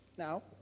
Now